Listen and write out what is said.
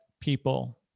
people